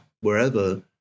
wherever